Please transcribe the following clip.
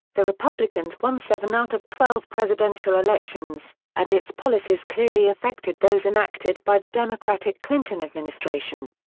the republicans won seven out of twelve presidential elections, and its policies clearly affected those enacted by the democratic clinton administration.